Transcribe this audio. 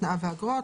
תנאיו ואגרות,